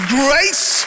grace